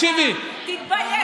תגיד, אתה לא מתבייש?